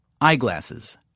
Eyeglasses